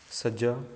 ਸੱਜਾ